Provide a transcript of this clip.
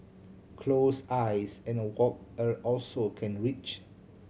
close eyes and walk also can reach